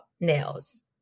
nails